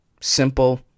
simple